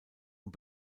und